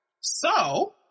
So-